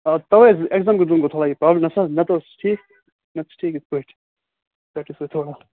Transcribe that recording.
آ تَوَے ایٚکزام کیٚن دۄہن گوٚو تھوڑا یہِ پرابلِم نَتہٕ حظ نَتہٕ ٲس ٹھیٖک نَتہٕ چھِ ٹھیٖک یِتھٕ پٲٹھۍ